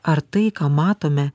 ar tai ką matome